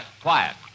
Quiet